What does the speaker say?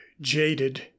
jaded